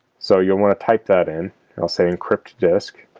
so you'll want to type that in and i'll say encrypt disk